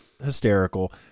hysterical